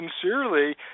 sincerely